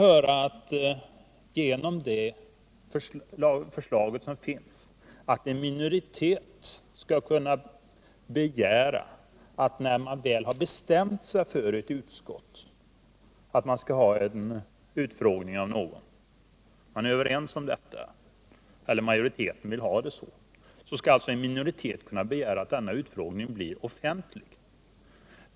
höra att det förslag som föreligger innebär att när man i ett utskott väl bestämt sig för — när man alltså är överens därom eller majoriteten vill ha det så — en utfrågning av någon, skall en minoritet kunna begära att denna utfrågning blir offentlig.